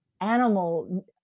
animal